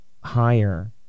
higher